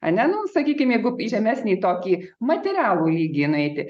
ane nu sakykim jeigu į žemesnį tokį materialų lygį nueiti